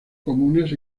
comunes